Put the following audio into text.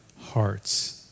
hearts